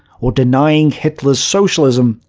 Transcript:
or denying hitler's socialism,